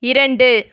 இரண்டு